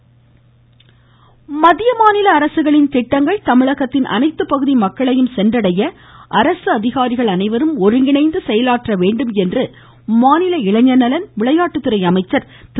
பாலகிருஷ்ணா ரெட்டி மத்திய மாநில அரசுகளின் திட்டங்கள் தமிழகத்தின் அனைத்து பகுதி மக்களையும் சென்றடைய அரசு அதிகாரிகள் ஒருங்கிணைந்து செயலாற்ற வேண்டும் என்று மாநில இளைஞர் நலன் மற்றும் விளையாட்டுத்துறை அமைச்சர் திரு